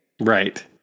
Right